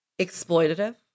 Exploitative